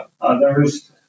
others